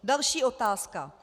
Další otázka.